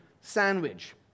sandwich